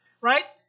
right